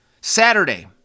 Saturday